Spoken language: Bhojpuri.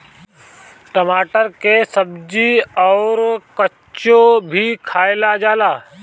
टमाटर के सब्जी अउर काचो भी खाएला जाला